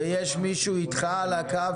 ויש מישהו איתך על הקו